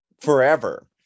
forever